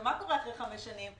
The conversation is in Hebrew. מה קורה אחרי חמש שנים?